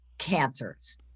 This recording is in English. cancers